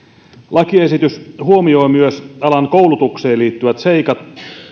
lakiesitys huomioi myös alan koulutukseen liittyvät seikat